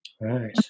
Right